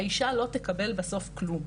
האישה לא תקבל בסוף כלום,